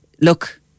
look